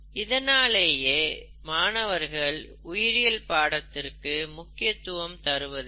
இதனாலேயே மாணவர்கள் உயிரியல் பாடத்திற்கு முக்கியத்துவம் தருவதில்லை